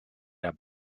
der